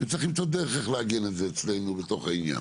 וצריך למצוא דרך איך לעגן את זה אצלנו בתוך העניין.